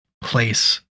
place